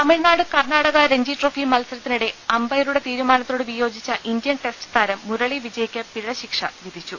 തമിഴ്നാട് കർണാടക രഞ്ജിട്രോഫി മത്സരത്തിനിടെ അമ്പയ റുടെ തീരുമാനത്തോട് വിയോജിച്ച ഇന്ത്യൻ ടെസ്റ്റ് താരം മുരളി വിജയ്ക്ക് പിഴ ശിക്ഷ വിധിച്ചു